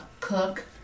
cook